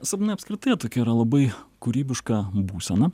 sapnai apskritai jie tokie yra labai kūrybiška būsena